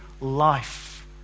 life